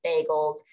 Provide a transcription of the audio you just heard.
bagels